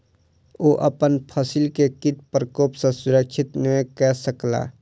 ओ अपन फसिल के कीट प्रकोप सॅ सुरक्षित नै कय सकला